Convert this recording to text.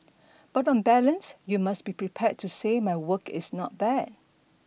but on balance you must be prepared to say my work is not bad